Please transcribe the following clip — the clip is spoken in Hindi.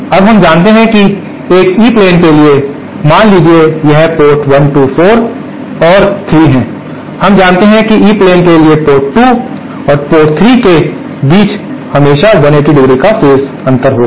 अब हम जानते थे कि एक ई प्लेन टी के लिए मान लीजिए कि यह पोर्ट 1 2 4 और 3 है हम जानते थे कि ई प्लेन टी के लिए पोर्ट 2 और पोर्ट 3 के बीच हमेशा 180°का फेज अंतर होगा